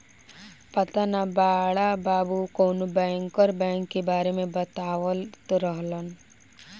पाता ना बड़ा बाबु कवनो बैंकर बैंक के बारे में बतावत रहलन